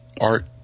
art